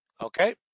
Okay